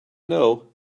know